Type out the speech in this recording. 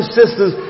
sisters